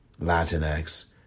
Latinx